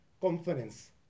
conference